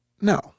no